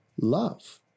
love